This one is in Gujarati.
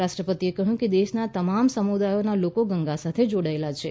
રાષ્ટ્રપતિએ કહ્યું કે દેશના તમામ સમુદાયના લોકો ગંગા સાથે જોડાયેલા છે